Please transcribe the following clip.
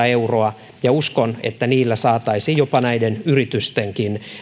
euroa ja uskon että niillä saataisiin jopa näiden yritysten